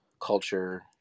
culture